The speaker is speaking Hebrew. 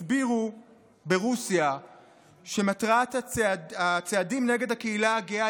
הסבירו ברוסיה שמטרת הצעדים נגד הקהילה הגאה